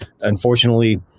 Unfortunately